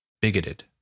bigoted